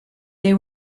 they